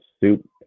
Soup